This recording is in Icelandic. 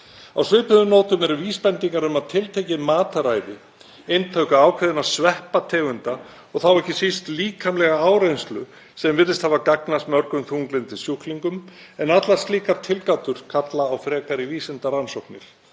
Á svipuðum nótum eru vísbendingar um að tiltekið mataræði, inntaka ákveðinna sveppategunda og þá ekki síst líkamleg áreynsla gagnist mörgum þunglyndissjúklingum en allar slíkar tilgátur kalla á frekari vísindarannsóknir.